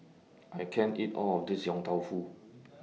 I can't eat All of This Yong Tau Foo